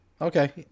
Okay